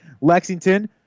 Lexington